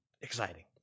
exciting